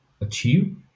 achieve